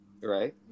Right